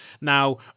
Now